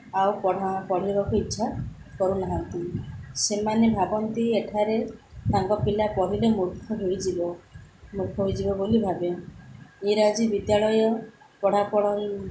ଆଉ ପଢ଼ା ପଢ଼ିବାକୁ ଇଚ୍ଛା କରୁନାହାନ୍ତି ସେମାନେ ଭାବନ୍ତି ଏଠାରେ ତାଙ୍କ ପିଲା ପଢ଼ିଲେ ମୂର୍ଖ ହେଇଯିବ ମୂର୍ଖ ହୋଇଯିବ ବୋଲି ଭାବେ ଇଂରାଜୀ ବିଦ୍ୟାଳୟ ପଢ଼ାପଢ଼